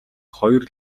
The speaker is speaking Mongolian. хоёр